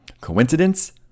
Coincidence